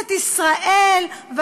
כנסת ישראל,